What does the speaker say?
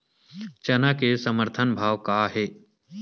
चना के समर्थन भाव का हे?